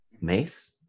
mace